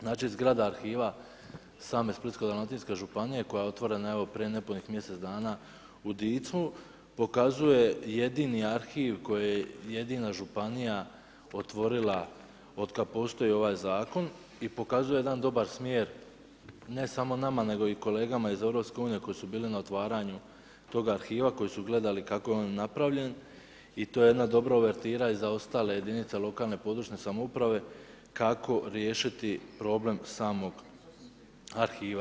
Znači zgrada arhiva same Splitsko-dalmatinske županije koja je otvorena evo prije nepunih mj. dana u Dicmu pokazuje jedini arhiv koji je jedina županija otvorila od kad postoji ovaj zakon i pokazuje jedan dobar smjer ne samo nama nego i kolegama iz EU-a koji su bili na otvaranju toga arhiva koji su gledali kako je on napravljen i to je jedna uvertira i za ostale jedinice lokalne i područne samouprave kako riješiti problem samog arhiva.